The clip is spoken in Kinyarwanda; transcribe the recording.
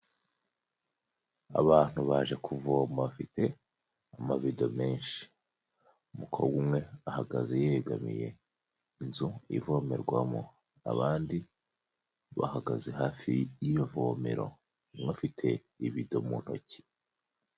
Abantu baje kuvoma bafite amabido menshi. Umukobwa umwe ahagaze yegamiye inzu ivomerwamo abandi bahagaze hafi y'iyo vomero bafite ibido mu ntoki.